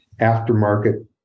aftermarket